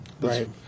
Right